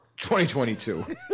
2022